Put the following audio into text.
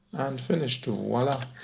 and finished, voila!